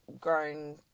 grown